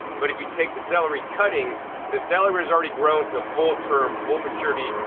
but if you take the celery cutting the celery is already grown to full term, full maturity,